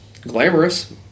glamorous